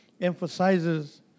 emphasizes